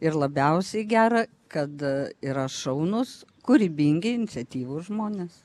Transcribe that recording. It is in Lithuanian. ir labiausiai gera kad yra šaunus kūrybingi iniciatyvūs žmonės